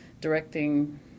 directing